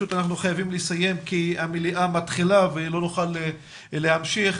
חייבים לסיים כי המליאה מתחילה ולא נוכל להמשיך.